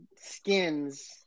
skins